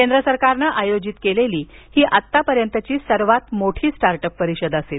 केंद्र सरकारनं आयोजित केलेली ही आतापर्यंतची सर्वात मोठी स्टार्ट अप परिषद असेल